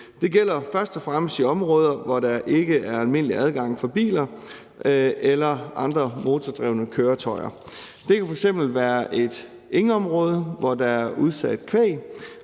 Det gælder først og fremmest i områder, hvor der ikke er almindelig adgang for biler eller andre motordrevne køretøjer. Det kan f.eks. være et engområde, hvor der er udsat kvæg,